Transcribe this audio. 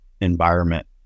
environment